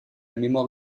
mémoire